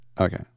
Okay